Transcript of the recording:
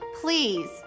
Please